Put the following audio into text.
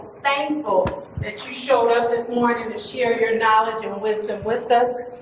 thankful that you showed up this morning to share your knowledge and wisdom with us.